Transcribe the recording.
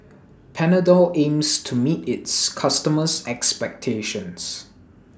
Panadol aims to meet its customers' expectations